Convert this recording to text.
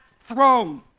throne